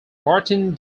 martin